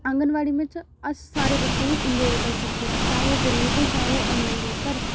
आंगनबाड़ी म्हेशां अस सारे बच्चें ई इनरोल करी सकदे आं चाहे ओह् गरीब होऐ चाहे ओह् मीर होऐ पर